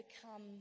become